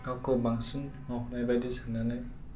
गावखौ बांसिन मावहोनाय बादि साननानै